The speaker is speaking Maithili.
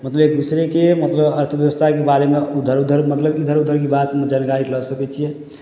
मतलब एक दुसराके मतलब अर्थव्यवस्थाके बारेमे उधर उधर मतलब इधर उधरके बातमे जानकारी लऽ सकय छियै